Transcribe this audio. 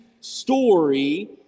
story